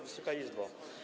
Wysoka Izbo!